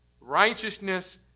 Righteousness